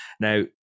now